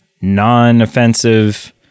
non-offensive